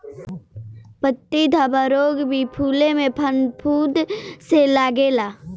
पत्ती धब्बा रोग भी फुले में फफूंद से लागेला